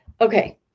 okay